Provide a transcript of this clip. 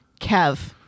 Kev